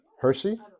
Hershey